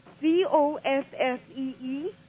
C-O-S-S-E-E